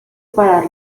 para